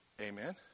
Amen